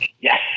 Yes